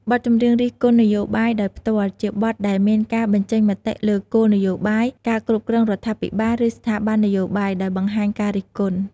បទចម្រៀងរិះគន់នយោបាយដោយផ្ទាល់ ជាបទដែលមានការបញ្ចេញមតិលើគោលនយោបាយ ការគ្រប់គ្រងរដ្ឋាភិបាល ឬស្ថាប័ននយោបាយ ដោយបង្ហាញការរិះគន់។